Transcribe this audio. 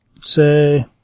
say